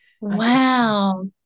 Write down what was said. Wow